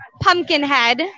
Pumpkinhead